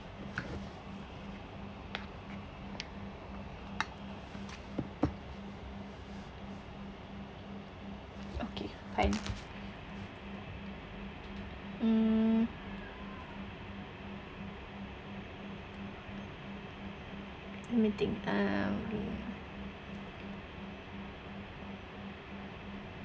okay fine mm let me think um